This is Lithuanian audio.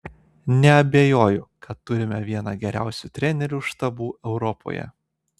neabejoju kad turime vieną geriausių trenerių štabų europoje